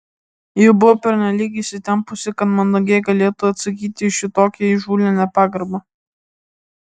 ji buvo pernelyg įsitempusi kad mandagiai galėtų atsakyti į šitokią įžūlią nepagarbą